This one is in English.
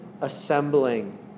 assembling